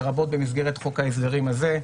לרבות במסגרת חוק ההסדרים הזה.